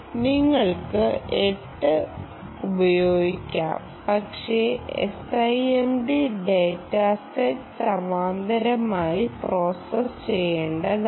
നിങ്ങൾക്ക് 8 ഉപയോഗിക്കാം പക്ഷേ SIMD ഡാറ്റാസെറ്റ് സമാന്തരമായി പ്രോസസ്സ് ചെയ്യേണ്ടതാണ്